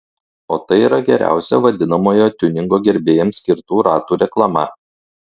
o tai yra geriausia vadinamojo tiuningo gerbėjams skirtų ratų reklama